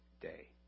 day